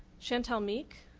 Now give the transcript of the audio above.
chantal meek.